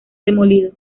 demolido